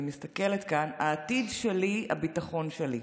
אני מסתכלת כאן: העתיד שלי, הביטחון שלי,